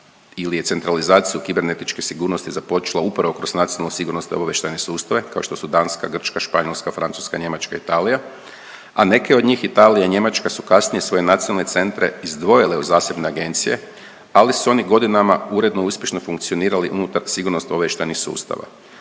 ili je centralizaciju kibernetičke sigurnosti započela upravo kroz nacionale sigurnosno obavještajne sustave, kao što su Danska, Grčka, Španjolska, Francuska, Njemačka, Italija, a neke od njih Italija i Njemačka su kasnije svoje nacionalne centre izdvojile u zasebne agencije, ali su oni godinama uredno uspješno funkcionirali unutar sigurnosno-obavještajnih sustava.